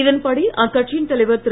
இதன்படி அக்கட்சியின் தலைவர் திரு